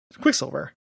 Quicksilver